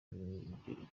ibihumbi